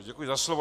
Děkuji za slovo.